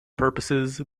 purposes